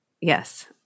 Yes